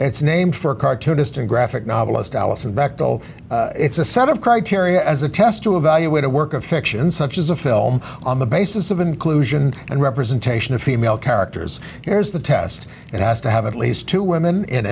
it's named for a cartoonist and graphic novelist alison bechdel it's a set of criteria as a test to evaluate a work of fiction such as a film on the basis of inclusion and representation of female characters here's the test and has to have at least two women in